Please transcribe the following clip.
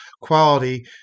quality